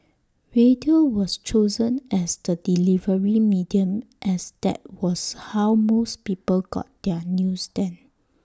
radio was chosen as the delivery medium as that was how most people got their news then